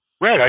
Right